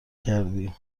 کردی